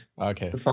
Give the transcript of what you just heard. Okay